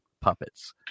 puppets